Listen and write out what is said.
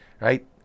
right